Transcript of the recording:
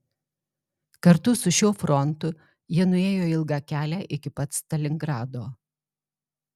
kartu su šiuo frontu jie nuėjo ilgą kelią iki pat stalingrado